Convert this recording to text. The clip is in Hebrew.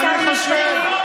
הליכוד נגד שלטון החוק.